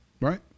Right